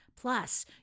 Plus